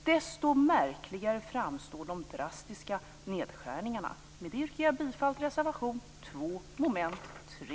Desto märkligare framstår därför de drastiska nedskärningarna. Med detta yrkar jag bifall till reservation 2 under mom. 3.